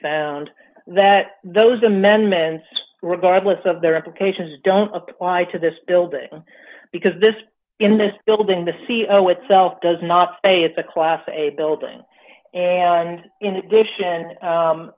found that those amendments regardless of their applications don't apply to this building because this in this building the c e o itself does not say it's a class a building and